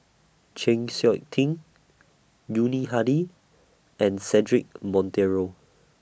Chng Seok Tin Yuni Hadi and Cedric Monteiro